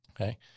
okay